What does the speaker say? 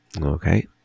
Okay